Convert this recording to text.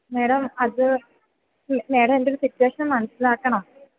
madam അത് madam എൻ്റെ ഒരു സിറ്റുവേഷൻ മനസ്സിലാക്കണം